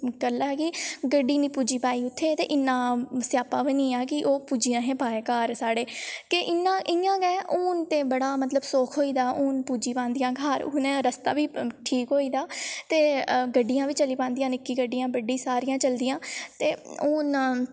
गल्लां कि गड्डी निं पुज्जी पाई उत्थें ते इन्ना स्यापा बनी गेआ कि ओह् पुज्जी नेईं हे पाए घर साढ़े कि इ'यां इ'यां गै हून ते बड़ा मतलब सुख होई दा हून पुज्जी पांदियां घर हून रस्ता बी ठीक होई दा ते गड्डियां बी चली पांदियां निक्की गड्डियां बड्डी सारियां चलदियां ते हून